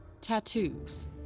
tattoos